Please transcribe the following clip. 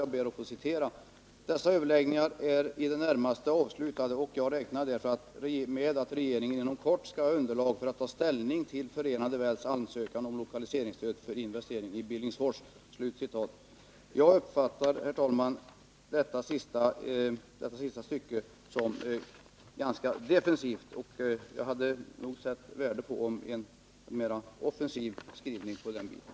Han sade där: ”Dessa överläggningar är nu i det närmaste avslutade, och jag räknar därför med att regeringen inom kort skall ha underlag för att ta ställning till Förenade Wells ansökan om lokaliseringsstöd för investering i Billingsfors.” Jag uppfattar detta stycke som ganska defensivt. Jag hade satt värde på en mera offensiv skrivning på den punkten.